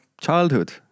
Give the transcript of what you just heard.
childhood